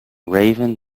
raven